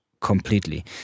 completely